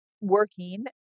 working